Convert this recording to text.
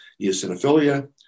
eosinophilia